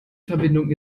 verbindung